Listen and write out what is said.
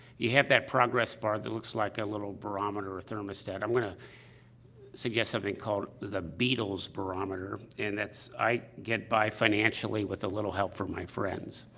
you have that progress bar that looks like a little barometer or a thermostat. i'm going to suggest something called the beatles barometer, and that's, i get by financially with a little help from my friends.